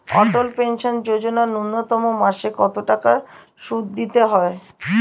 অটল pension Yojana ন্যূনতম মাসে কত টাকা সুধ দিতে হয়?